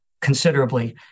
considerably